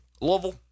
Louisville